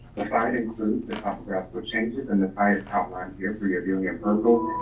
if i'd include the topographical changes and the pious outline here for your viewing and verbal,